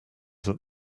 that